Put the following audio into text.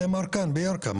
אנחנו